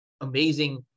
amazing